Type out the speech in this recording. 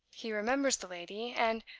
he remembers the lady and,